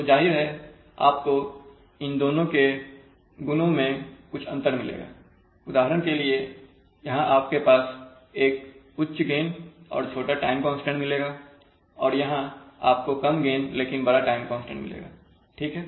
तो जाहिर है आपको इन दोनों के गुण में कुछ अंतर मिलेगा उदाहरण के लिए यहां आपके पास एक उच्च गेन और छोटा टाइम कांस्टेंट मिलेगा और यहां आपको कम गेन लेकिन बड़ा टाइम कांस्टेंट मिलेगाठीक है